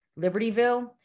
Libertyville